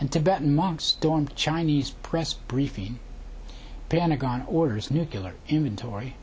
and tibetan monks chinese press briefing pentagon orders nucular inventory